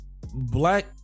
Black